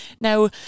Now